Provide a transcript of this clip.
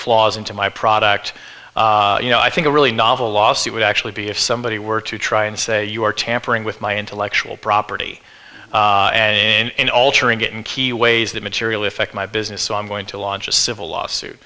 flaws into my product you know i think a really novel lawsuit would actually be if somebody were to try and say you are tampering with my intellectual property and altering it in key ways that materially affect my business so i'm going to launch a civil lawsuit